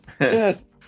Yes